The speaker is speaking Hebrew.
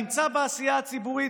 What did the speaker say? נמצא בעשייה הציבורית,